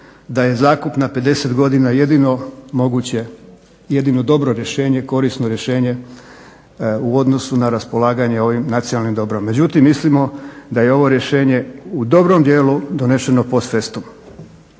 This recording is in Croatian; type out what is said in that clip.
da je zakup na 50 godina jedino moguće, jedino dobro rješenje, korisno rješenje u odnosu na raspolaganje ovim nacionalnim dobrom. Međutim, mislimo da je ovo rješenje u dobrom dijelu donešeno post festum.